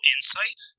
Insight